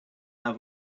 have